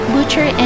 Butcher